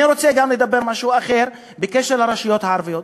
אני רוצה גם לדבר על משהו אחר בקשר לרשויות הערביות.